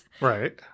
Right